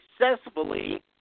successfully